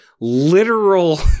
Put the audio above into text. literal